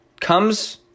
comes